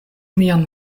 mian